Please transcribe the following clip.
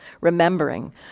remembering